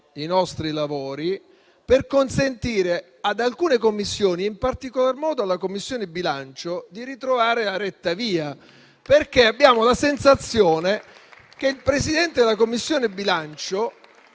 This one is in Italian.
i nostri lavori per consentire ad alcune Commissioni, in particolar modo alla Commissione bilancio, di ritrovare la retta via. Il Presidente della commissione bilancio,